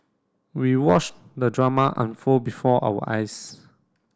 we watched the drama unfold before our eyes